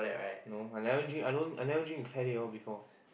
no I never drink I don't I never drink with Claire they all before